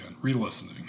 re-listening